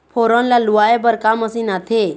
फोरन ला लुआय बर का मशीन आथे?